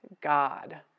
God